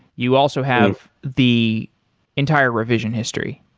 you also have the entire revision history?